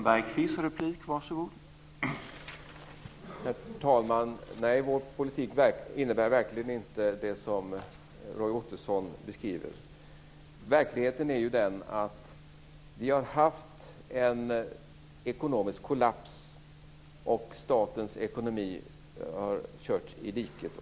Herr talman! Nej, vår politik innebär verkligen inte det som Roy Ottosson beskriver. Verkligheten är den att vi har haft en ekonomisk kollaps och att statens ekonomi har körts i diket.